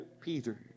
Peter